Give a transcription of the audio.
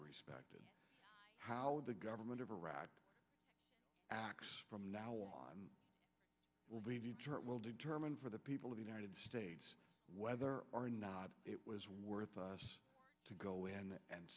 respected how the government of iraq acts from now on will be will determine for the people of the united states whether or not it was worth us to go in and